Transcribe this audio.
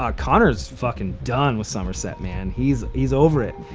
um connor's fucking done with i isomerset man, he's he's over it.